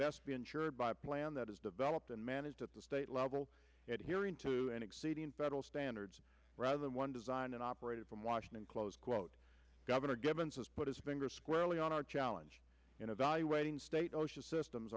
best be insured by a plan that is developed and managed at the state level at hearing to an exceeding federal standards rather than one designed and operated from washington close quote governor givens has put his finger squarely on our challenge in evaluating state osha systems